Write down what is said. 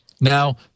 Now